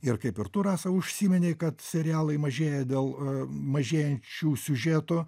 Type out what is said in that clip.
ir kaip ir tu rasai užsiminei kad serialai mažėja dėl mažėjančių siužetų